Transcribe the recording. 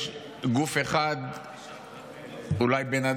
חבר הכנסת מיקי לוי, חבר הכנסת מיקי לוי, אל